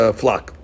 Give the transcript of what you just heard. flock